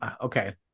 okay